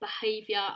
behavior